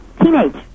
Teenage